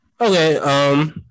Okay